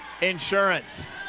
Insurance